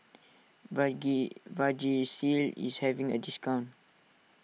Vagisil is having a discount